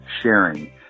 sharing